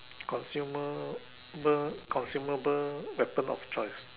consumable consumable weapon of choice